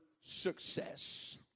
success